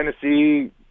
Tennessee